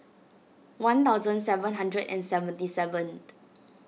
one thousand seven hundred and seventy seven